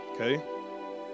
okay